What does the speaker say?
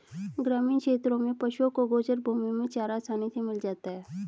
ग्रामीण क्षेत्रों में पशुओं को गोचर भूमि में चारा आसानी से मिल जाता है